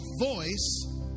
voice